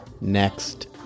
next